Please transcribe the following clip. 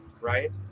right